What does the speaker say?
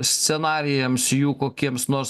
scenarijams jų kokiems nors